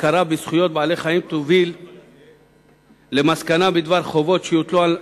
הכרה בזכויות בעלי-חיים תוביל למסקנה בדבר חובות שיוטלו על,